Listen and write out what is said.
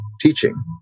teaching